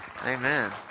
Amen